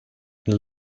and